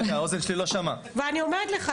אני אומרת לך,